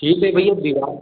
ठीक है भईया दीवाल